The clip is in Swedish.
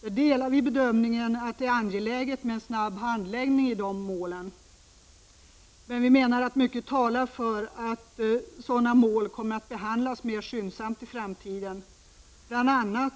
Där delar utskottet bedömningen att det är angeläget med en snabb handläggning i dessa mål, men mycket talar för att sådana mål kommer att behandlas mer skyndsamt i framtiden. Bl.a.